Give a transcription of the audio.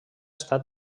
està